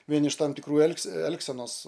vien iš tam tikrų elgse elgsenos